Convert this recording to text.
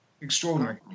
Extraordinary